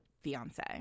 fiance